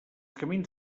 camins